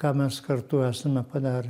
ką mes kartu esame padarę